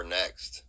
next